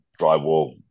drywall